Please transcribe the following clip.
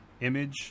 image